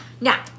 Now